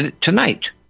tonight